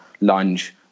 lunge